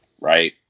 right